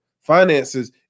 finances